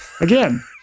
again